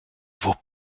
vaut